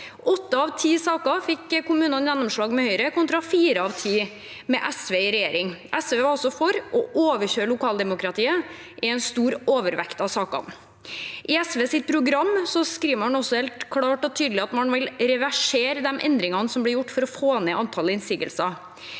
av ti saker fikk kommunene gjennomslag med Høyre kontra fire av ti med SV i regjering. SV var også for å overkjøre lokaldemokratiet i en stor overvekt av sakene. I SVs program skriver man også helt klart og tydelig at man vil reversere de endringene som ble gjort for å få ned antallet innsigelser.